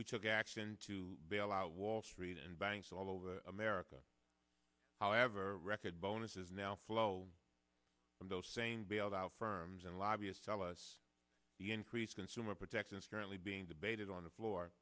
we took action to bail out wall street and banks all over america however record bonuses now follow from those same bailed out firms and lobbyists tell us the increased consumer protections currently being debated on the floor